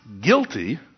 guilty